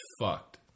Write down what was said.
fucked